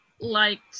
liked